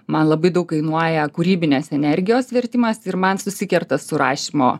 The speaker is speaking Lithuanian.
man labai daug kainuoja kūrybinės energijos vertimas ir man susikerta su rašymo